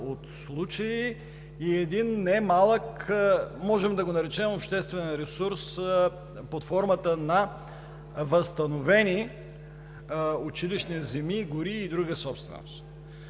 от случаи и един немалък, можем да го наречем обществен ресурс под формата на възстановени училищни земи, гори и друга собственост.